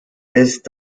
ist